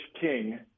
king